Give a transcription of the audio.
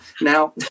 Now